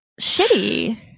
shitty